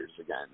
again